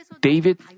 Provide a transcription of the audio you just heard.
David